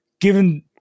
given